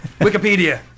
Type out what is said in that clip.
Wikipedia